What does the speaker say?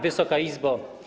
Wysoka Izbo!